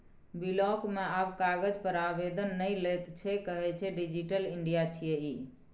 block मे आब कागज पर आवेदन नहि लैत छै कहय छै डिजिटल इंडिया छियै ई